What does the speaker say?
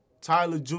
Tyler